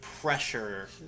pressure